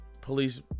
police